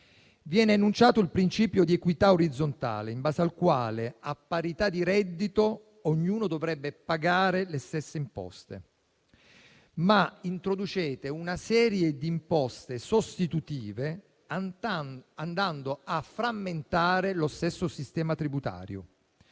Viene enunciato il principio di equità orizzontale in base al quale, a parità di reddito, ognuno dovrebbe pagare le stesse imposte, ma introducete una serie di imposte sostitutive, andando a frammentare il sistema tributario